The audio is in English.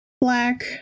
black